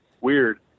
weird